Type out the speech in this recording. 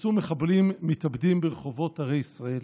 התפוצצו מחבלים מתאבדים ברחובות ערי ישראל.